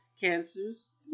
Cancers